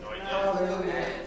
Hallelujah